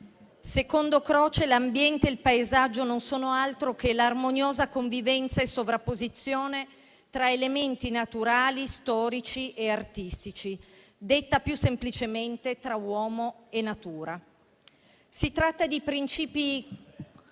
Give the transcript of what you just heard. Secondo Croce l'ambiente e il paesaggio non erano altro che l'armoniosa convivenza e sovrapposizione tra elementi naturali, storici e artistici; detta più semplicemente, tra uomo e natura. Si tratta di principi